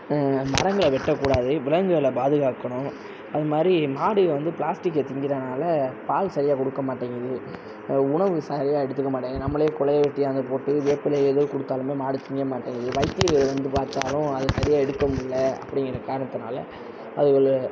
மரங்களை வெட்டக்கூடாது விலங்குகளை பாதுகாக்கணும் அதுமாதிரி மாடு வந்து பிளாஸ்டிக்கை திங்கிறதுனால பால் சரியாக கொடுக்க மாட்டேங்குது உணவு சரியாக எடுத்துக்க மாட்டேங்குது நம்மளே குலைய வெட்டியாந்து போட்டு வேப்பிலையை ஏதோ கொடுத்தாலுமே மாடு திங்க மாட்டேங்குது வைத்தியர் வந்து பார்த்தாலும் அது சரியாக எடுக்க முடில அப்படிங்குற காரணத்தால் அதுகளை